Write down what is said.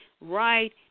right